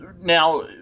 Now